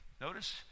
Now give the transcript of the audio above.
Notice